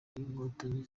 inkotanyi